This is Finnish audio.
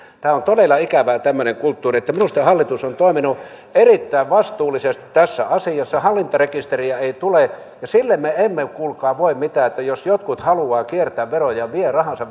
on todella ikävää tämmöinen kulttuuri minusta hallitus on toiminut erittäin vastuullisesti tässä asiassa hallintarekisteriä ei tule ja sille me emme kuulkaa voi mitään että jos jotkut haluavat kiertää veroja ja vievät rahansa